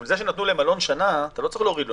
זה שנתנו למלון שנה, אתה לא צריך להוריד לו.